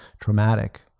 traumatic